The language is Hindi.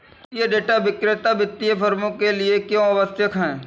वित्तीय डेटा विक्रेता वित्तीय फर्मों के लिए क्यों आवश्यक है?